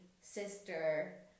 Sister